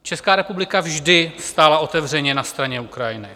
Česká republika vždy stála otevřeně na straně Ukrajiny.